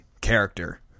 character